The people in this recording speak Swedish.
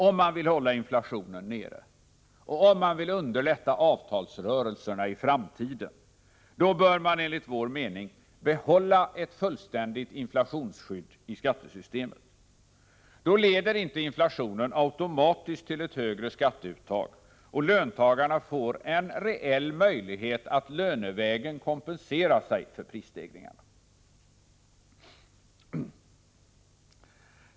Om man vill hålla inflationen nere och underlätta avtalsrörelserna, bör man enligt vår mening behålla ett fullständigt inflationsskydd i skattesystemet. Då leder inte inflationen automatiskt till ett högre skatteuttag, och löntagarna får en reell möjlighet att lönevägen kompensera sig för prisstegringar.